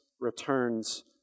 returns